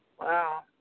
Wow